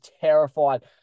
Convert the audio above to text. terrified